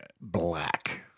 black